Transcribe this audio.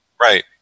Right